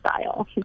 style